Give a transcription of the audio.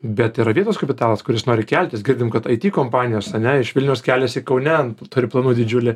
bet yra vietos kapitalas kuris nori keltis girdim kad aiti kompanijos ne iš vilniaus keliasi kaune turi planuot didžiulį